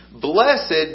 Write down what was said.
Blessed